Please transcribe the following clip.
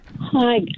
Hi